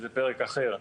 זה פרק אחר.